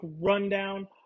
rundown